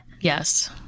Yes